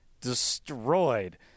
destroyed